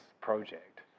project